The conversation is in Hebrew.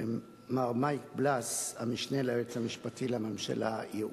ומר מייק בלס, המשנה ליועץ המשפטי לממשלה (ייעוץ):